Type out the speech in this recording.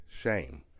shame